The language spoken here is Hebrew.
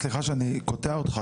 סליחה שאני קוטע אותך,